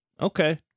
Okay